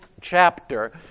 chapter